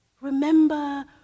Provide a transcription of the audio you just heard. Remember